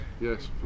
Yes